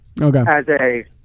Okay